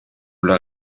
leur